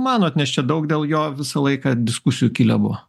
manot nes čia daug dėl jo visą laiką diskusijų kilę buvo